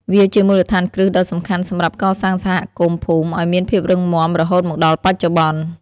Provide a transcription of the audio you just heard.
វាជាមូលដ្ឋានគ្រឹះដ៏សំខាន់សម្រាប់កសាងសហគមន៍ភូមិឱ្យមានភាពរឹងមាំរហូតមកដល់បច្ចុប្បន្ន។